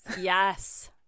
Yes